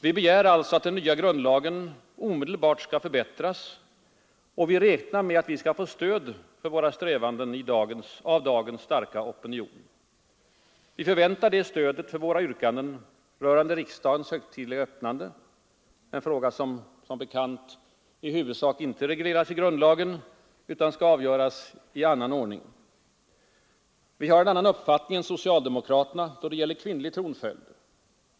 Vi begär alltså att den nya grundlagen omedelbart skall förbättras, och vi räknar med att vi skall få stöd för våra strävanden av dagens starka opinion. Vi förväntar det stödet för våra yrkanden rörande riksdagens högtidliga öppnande — en fråga som emellertid i huvudsak inte regleras i grundlagen utan skall avgöras i annan ordning. Vi har en annan uppfattning då det gäller kvinnlig tronföljd.